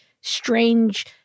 strange